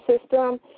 system